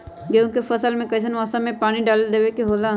गेहूं के फसल में कइसन मौसम में पानी डालें देबे के होला?